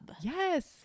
yes